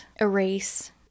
erase